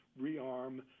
rearm